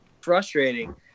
frustrating